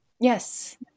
yes